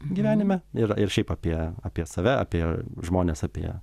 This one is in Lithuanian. gyvenime ir ir šiaip apie apie save apie žmones apie